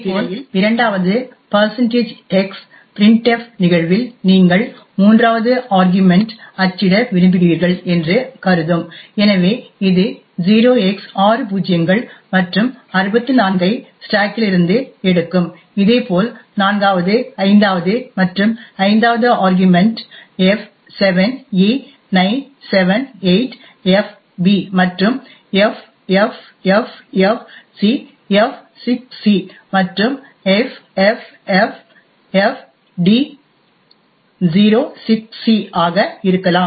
இதேபோல் இரண்டாவது x printf நிகழ்வில் நீங்கள் மூன்றாவது ஆர்கியுமென்ட் அச்சிட விரும்புகிறீர்கள் என்று கருதும் எனவே இது 0x000000 மற்றும் 64 ஐ ஸ்டேக்கிலிருந்து எடுக்கும் இதே போல் நான்காவது ஐந்தாவது மற்றும் ஐந்தாவது ஆர்கியுமென்ட் f7e978fb மற்றும் ffffcf6c மற்றும் ffffd06c ஆக இருக்கலாம்